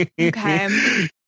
okay